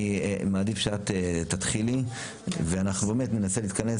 אני מעדיף שאת תתחילי ואנחנו ננסה להתכנס.